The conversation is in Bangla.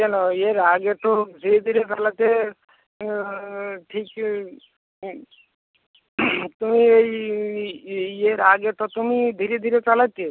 কেন এর আগে তো ধীরে ধীরে চালাতে ঠিকই তুমি এই ইয়ের আগে তো তুমি ধীরে ধীরে চালাতে